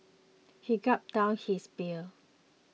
he gulped down his beer